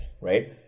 right